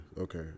Okay